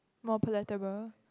more palatable